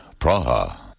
Praha